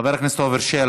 חבר הכנסת עפר שלח,